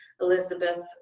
elizabeth